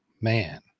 Man